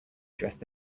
dressed